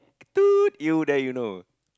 toot you then you know